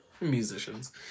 Musicians